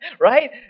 right